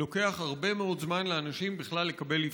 לוקח הרבה מאוד זמן לאנשים בכלל לקבל אבחון.